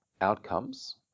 outcomes